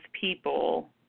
people